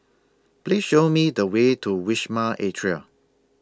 Please Show Me The Way to Wisma Atria